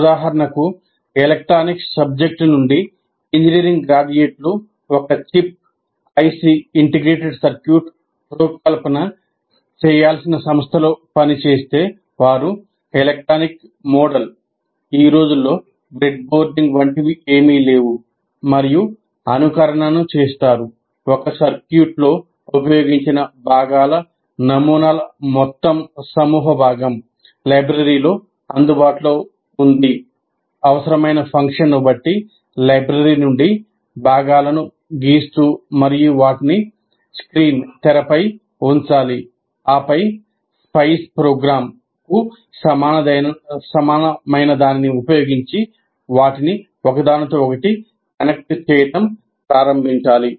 ఉదాహరణకు electronics subject నుండి engineering గ్రాడ్యుయేట్లు ఒక చిప్ కు సమానమైనదాన్ని ఉపయోగించి వాటిని ఒకదానితో ఒకటి కనెక్ట్ చేయడం ప్రారంభించండి